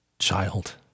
child